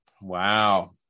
Wow